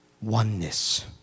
oneness